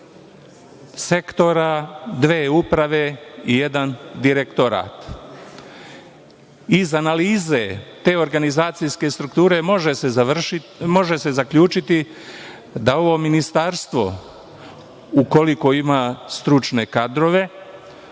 sektora, dve uprave i jedan direktorat. Iz analize te organizacijske strukture može se zaključiti da ovo ministarstvo, ukoliko ima stručne kadrove,